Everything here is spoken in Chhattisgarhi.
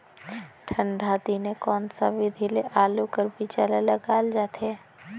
ठंडा दिने कोन सा विधि ले आलू कर बीजा ल लगाल जाथे?